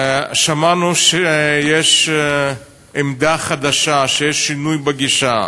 שמענו שיש עמדה חדשה, שיש שינוי בגישה.